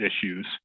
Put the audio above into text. issues